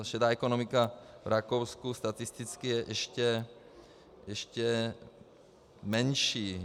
Šedá ekonomika v Rakousku statisticky je ještě menší.